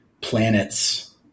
planets